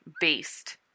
based